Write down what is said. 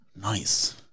Nice